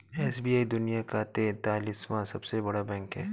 SBI दुनिया का तेंतालीसवां सबसे बड़ा बैंक है